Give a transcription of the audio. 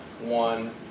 one